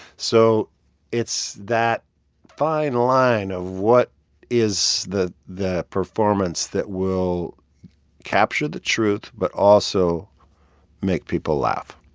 so it's that fine line of, what is the the performance that will capture the truth but also make people laugh?